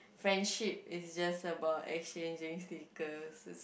friendship is just about exchanging stickers